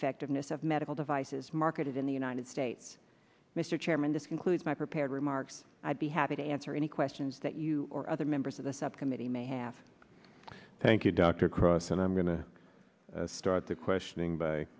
effectiveness of medical devices marketed in the united states mr chairman this concludes my prepared remarks i'd be happy to answer any questions that you or other members of the subcommittee may have thank you dr cross and i'm going to start the questioning by